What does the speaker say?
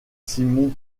simon